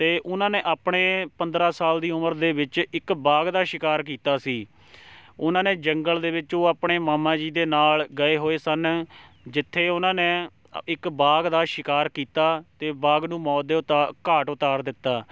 ਅਤੇ ਉਨ੍ਹਾਂ ਨੇ ਆਪਣੇ ਪੰਦਰ੍ਹਾਂ ਸਾਲ ਦੀ ਉਮਰ ਦੇ ਵਿੱਚ ਇੱਕ ਬਾਘ ਦਾ ਸ਼ਿਕਾਰ ਕੀਤਾ ਸੀ ਉਹਨਾਂ ਨੇ ਜੰਗਲ ਦੇ ਵਿੱਚ ਉਹ ਆਪਣੇ ਮਾਮਾ ਜੀ ਦੇ ਨਾਲ ਗਏ ਹੋਏ ਸਨ ਜਿੱਥੇ ਉਹਨਾਂ ਨੇ ਇੱਕ ਬਾਘ ਦਾ ਸ਼ਿਕਾਰ ਕੀਤਾ ਅਤੇ ਬਾਘ ਨੂੰ ਮੌਤ ਦੇ ਉਤਾ ਘਾਟ ਉਤਾਰ ਦਿੱਤਾ